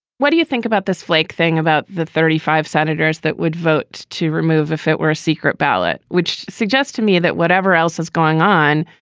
what do you think about this flake thing, about the thirty five senators that would vote to remove if it were a secret ballot, which suggests to me that whatever else is going on,